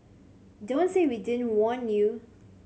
don't say we didn't warn you